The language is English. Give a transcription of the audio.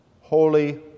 Holy